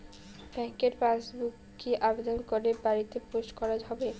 ব্যাংকের পাসবুক কি আবেদন করে বাড়িতে পোস্ট করা হবে?